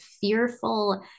fearful